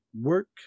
work